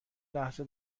لحظه